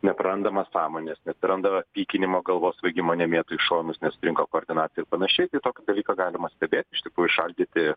neprarandama sąmonės neatsirandama pykinimo galvos svaigimo nemėto į šonus nesutrinka koordinacija ir panašiai tai tokį dalyką galima stebėti iš tikrųjų šaldyti